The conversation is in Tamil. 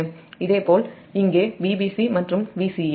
இதேபோல் இங்கே Vbc மற்றும் Vca